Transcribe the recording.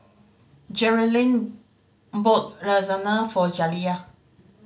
jerilynn bought Lasagna for Jaliyah